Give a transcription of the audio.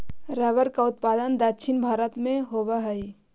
rubber का उत्पादन दक्षिण भारत में होवअ हई